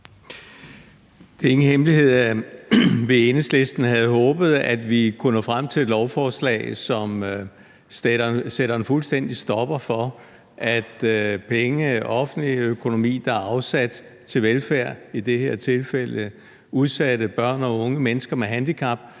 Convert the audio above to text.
Det er ingen hemmelighed, at vi i Enhedslisten havde håbet, at vi kunne nå frem til et lovforslag, som fuldstændig kunne sætte en stopper for, at penge fra den offentlige økonomi, der er afsat til velfærd – i det her tilfælde udsatte børn og unge mennesker med handicap